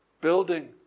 building